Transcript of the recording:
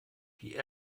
die